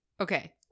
Okay